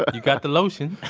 ah and you got the lotion